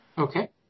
Okay